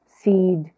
Seed